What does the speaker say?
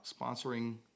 sponsoring